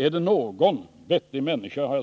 Är det någon vettig människa